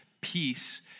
peace